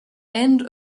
end